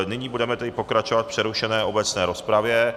Nyní budeme tedy pokračovat v přerušené obecné rozpravě.